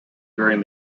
during